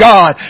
God